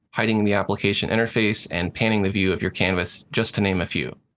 hiding the application interface, and panning the view of your canvas, just to name a few.